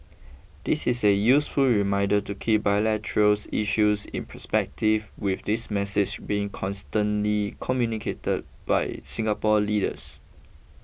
this is a useful reminder to keep bilateral issues in perspective with this message being consistently communicated by Singapore leaders